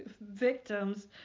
victims